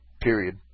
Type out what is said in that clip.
Period